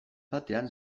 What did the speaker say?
batean